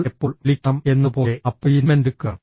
നിങ്ങൾ എപ്പോൾ വിളിക്കണം എന്നതുപോലെ അപ്പോയിന്റ്മെന്റ് എടുക്കുക